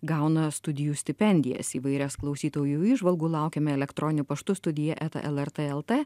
gauna studijų stipendijas įvairias klausytojų įžvalgų laukiame elektroniniu paštu studija eta lrt lt